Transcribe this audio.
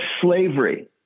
slavery